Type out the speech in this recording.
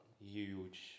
huge